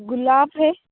गुलाब है